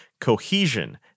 cohesion